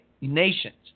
Nations